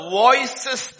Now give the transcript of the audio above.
voices